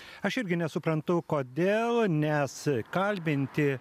aš irgi nesu kodėl ne kalbinti